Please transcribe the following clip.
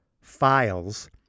files